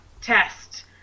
test